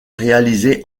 réalisé